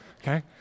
okay